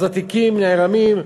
אז התיקים נערמים,